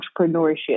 entrepreneurship